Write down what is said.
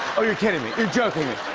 you're kidding me! you're joking me!